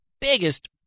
biggest